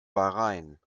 bahrain